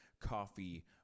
coffee